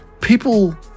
people